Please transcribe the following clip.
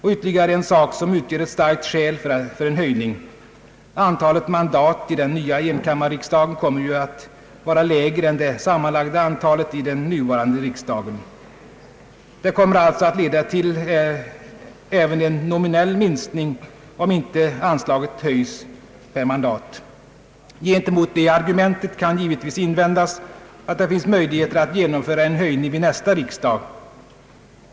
Ytterligare en sak som utgör ett starkt skäl för en höjning är att antalet mandat i den nya enkammarriksdagen blir lägre än det sammanlagda antalet i den nuvarande riksdagen. Det kommer alltså att leda till även en nominell minskning, om inte anslaget per mandat höjs. Gentemot detta argument kan givetvis invändas, att det finns möjligheter att genomföra en höjning vid nästa riksdag.